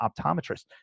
optometrist